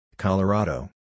Colorado